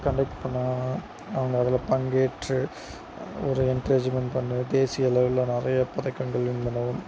conduct பண்ணால் அவங்க அதில் பங்கேற்று ஒரு என்கரேஜ்மெண்ட் பண்ண தேசிய அளவில் நிறைய பதக்கங்கள் வின் பண்ணனும்